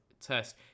test